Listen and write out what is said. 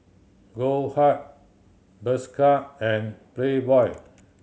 Goldheart Bershka and Playboy